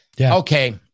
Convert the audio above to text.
okay